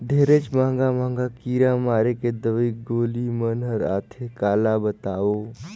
ढेरेच महंगा महंगा कीरा मारे के दवई गोली मन हर आथे काला बतावों